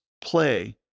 play